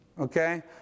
okay